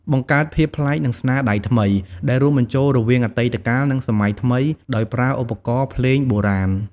បង្កើតភាពប្លែក និងស្នាដៃថ្មី ដែលរួមបញ្ចូលរវាងអតីតកាល និងសម័យថ្មី ដោយប្រើឧបករណ៍ភ្លេងបុរាណ។